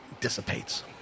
dissipates